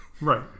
Right